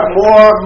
more